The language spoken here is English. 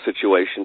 situation